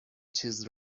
چیز